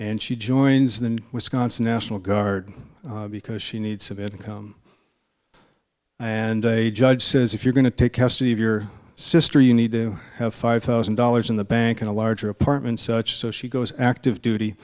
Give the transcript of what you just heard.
and she joins the wisconsin national guard because she needs of income and a judge says if you're going to take custody of your sister you need to have five thousand dollars in the bank in a larger apartment such so she goes active duty